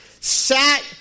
sat